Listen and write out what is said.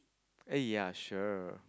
eh ya sure